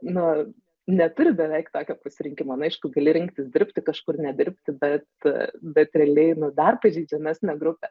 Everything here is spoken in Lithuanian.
nu neturi beveik tokia pasirinkimo na aišku gali rinktis dirbti kažkur nedirbti bet bet realiai nu dar pažeidžiamesnė grupė